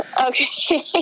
Okay